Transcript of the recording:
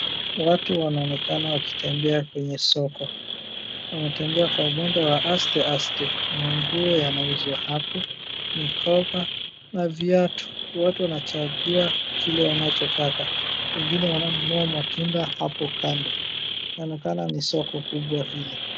Watu wanaonekana wakitembea kwenye soko. Wanatembea kwa mwendo wa asteaste. Manguo yanauzwa hapo, mikoba na viatu. Watu wanachagua kile wanachotaka. Wengine wananunua matunda hapo kando. Inaonekana ni soko kubwa hili.